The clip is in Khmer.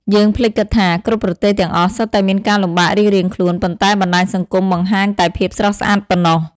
យើងភ្លេចគិតថា គ្រប់ប្រទេសទាំងអស់សុទ្ធតែមានការលំបាករៀងៗខ្លួន ប៉ុន្តែបណ្តាញសង្គមបង្ហាញតែភាពស្រស់ស្អាតប៉ុណ្ណោះ។